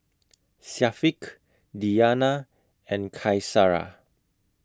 Syafiq Diyana and Qaisara